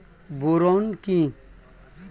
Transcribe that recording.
Boron কি?